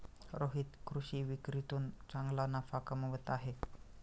रोहित कृषी विक्रीतून चांगला नफा कमवत आहे